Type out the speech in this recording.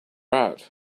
out